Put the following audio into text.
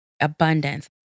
abundance